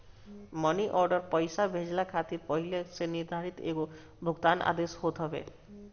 मनी order पईसा भेजला खातिर पहिले से निर्धारित एगो भुगतान आदेश होत हवे